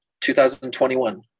2021